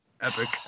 Epic